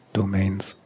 domains